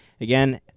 again